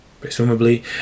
presumably